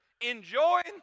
enjoying